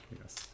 Yes